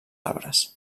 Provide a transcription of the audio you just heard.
arbres